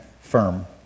firm